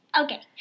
Okay